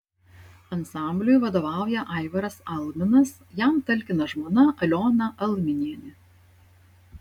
ansambliui vadovauja aivaras alminas jam talkina žmona aliona alminienė